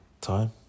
time